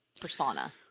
persona